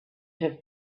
have